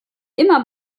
immer